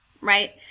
Right